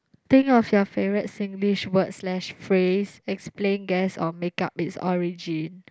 think of your favourite Singlish word slash phrase explain guess or make up its origin